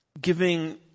giving